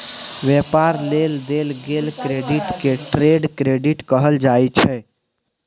व्यापार लेल देल गेल क्रेडिट के ट्रेड क्रेडिट कहल जाइ छै